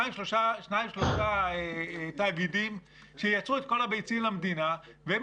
ששניים-שלושה תאגידים יצרו את כל הביצים למדינה והם